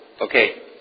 okay